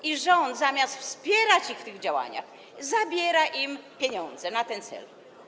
I rząd zamiast wspierać je w tych działaniach zabiera im pieniądze na ten cel.